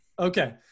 Okay